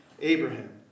Abraham